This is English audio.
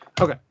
Okay